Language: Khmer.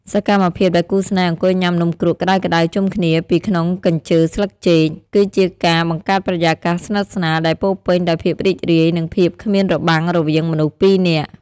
សកម្មភាពដែលគូស្នេហ៍អង្គុយញ៉ាំនំគ្រក់ក្ដៅៗជុំគ្នាពីក្នុងកញ្ជើស្លឹកចេក គឺជាការបង្កើតបរិយាកាសស្និទ្ធស្នាលដែលពោរពេញដោយភាពរីករាយ និងភាពគ្មានរបាំងរវាងមនុស្សពីរនាក់។